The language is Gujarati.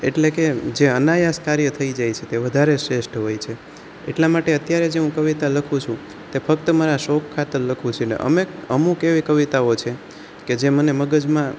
એટલે કે જે અનાયાસ કાર્ય થઈ જાય છે તે વધારે શ્રેષ્ઠ હોય છે એટલા માટે અત્યારે જે હું કવિતા લખું છું તે ફક્ત મારા શોખ ખાતર લખું છું અને અમે અમુક એવી કવિતાઓ છે કે જે મને મગજમાં